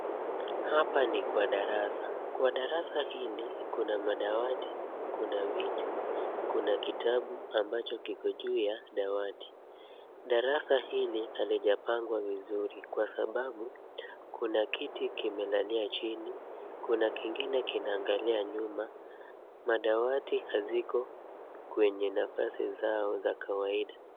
Hapa ni kwa darasa, kwa darasa hili kuna madawati, kuna viti, kuna kitabu ambacho kiko juu ya dawati. Darasa hili halijapangwa vizuri, kwa sababu kuna kiti kimelalia chini, kuna kingine kinaangalia nyuma, madawati haziko kwenye nafasi zao za kawaida.